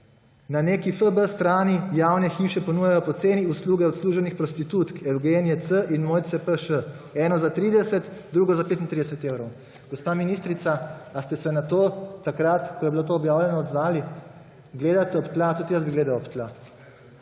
»Na neki FB strani javne hiše ponujajo poceni usluge odsluženih prostitutk Evgenije C. in Mojce P. Š., eno za 30, drugo za 35 evrov.« Gospa ministrica, ali ste se na to, takrat, ko je bilo to objavljeno, odzvali? Gledate ob tla, tudi jaz bi gledal ob tla.